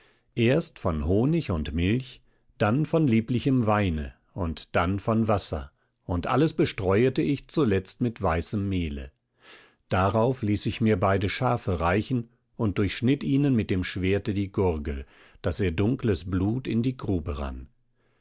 erst von honig und milch dann von lieblichem weine und dann von wasser und alles bestreuete ich zuletzt mit weißem mehle darauf ließ ich mir beide schafe reichen und durchschnitt ihnen mit dem schwerte die gurgel daß ihr dunkles blut in die grube rann